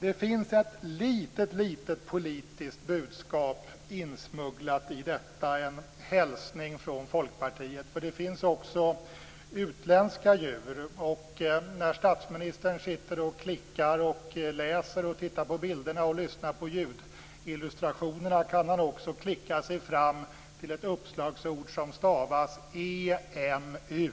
Det finns ett litet politiskt budskap insmugglat i detta, en hälsning från Folkpartiet. För det finns också utländska djur med. När statsministern sitter och klickar, läser, tittar på bilderna och lyssnar på ljudillustrationerna kan han också klicka sig fram till ett uppslagsord som stavas e-m-u.